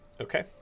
Okay